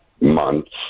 months